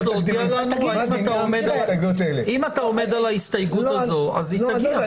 אם אתה עומד על ההסתייגות הזו אז היא תגיע.